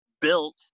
built